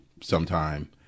sometime